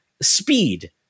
speed